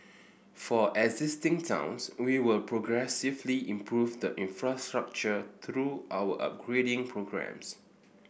for existing towns we will progressively improve the infrastructure through our upgrading programmes